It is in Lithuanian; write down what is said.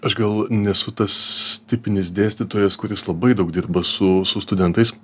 aš gal nesu tas tipinis dėstytojas kuris labai daug dirba su su studentais